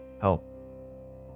help